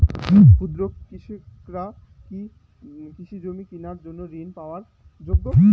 ক্ষুদ্র কৃষকরা কি কৃষিজমি কিনার জন্য ঋণ পাওয়ার যোগ্য?